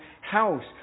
house